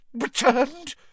Returned